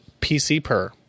PCPer